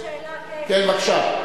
כן, בבקשה.